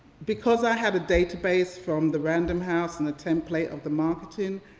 because i had a database from the random house and a template of the marketing,